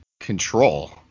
control